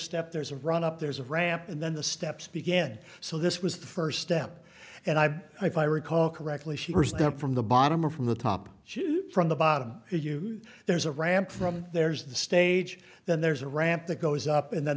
step there's a run up there's a ramp and then the steps began so this was the first step and i've if i recall correctly she cursed them from the bottom or from the top shoot from the bottom there's a ramp from there's the stage then there's a ramp that goes up and then